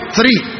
Three